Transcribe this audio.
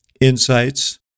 insights